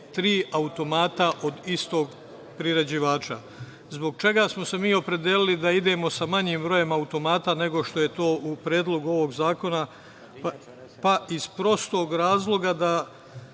automata od istog prerađivača. Zbog čega smo se mi opredelili da idemo sa manjim brojem automata, nego što je to u predlogu ovog zakona? Pa, iz prostog razloga da